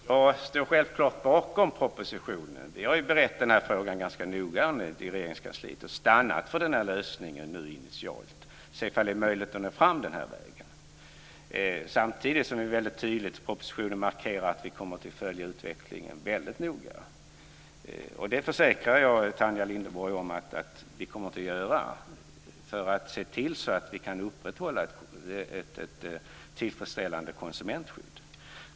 Fru talman! Jag står självklart bakom propositionen. Vi har ju berett den här frågan ganska noggrant i Regeringskansliet och stannat för den här lösningen initialt för att se om det är möjligt att nå fram den här vägen. Samtidigt markerar vi väldigt tydligt i propositionen att vi kommer att följa utvecklingen väldigt noga. Och det försäkrar jag Tanja Linderborg att vi kommer att göra för att se till att vi kan upprätthålla ett tillfredsställande konsumentskydd.